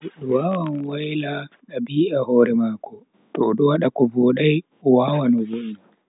Goddo wawan waila hore dabi'a hore mako, to odo wada ko vodai o wawan o vo'ina.